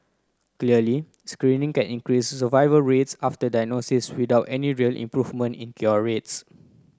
clearly screening can increase survival rates after diagnosis without any real improvement in cure rates